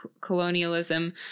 colonialism